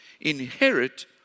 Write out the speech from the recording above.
inherit